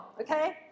okay